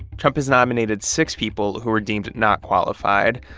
trump has nominated six people who were deemed not qualified,